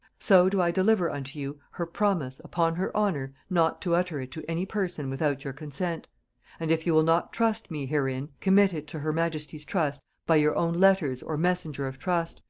so do i deliver unto you her promise upon her honor not to utter it to any person without your consent and if you will not trust me herein, commit it to her majesty's trust by your own letters or messenger of trust,